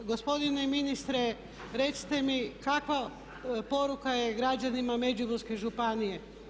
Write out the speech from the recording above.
Gospodine ministre recite mi kakva poruka je građanima Međimurske županije?